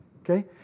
okay